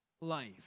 life